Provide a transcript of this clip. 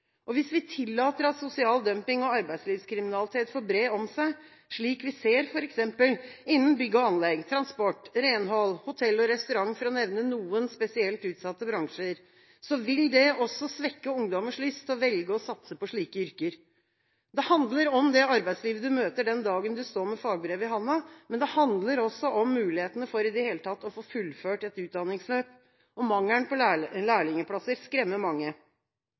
Hvis vi tillater at sosial dumping og arbeidslivskriminalitet får gripe om seg, slik vi ser f.eks. innen bygg og anlegg, transport, renhold, hotell og restaurant, for å nevne noen, spesielt utsatte bransjer, vil det også svekke ungdommers lyst til å velge å satse på slike yrker. Det handler om det arbeidslivet man møter den dagen man står med fagbrevet i handa, men det handler også om mulighetene for i det hele tatt å få fullført et utdanningsløp, og mangelen på lærlingplasser skremmer mange.